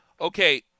Okay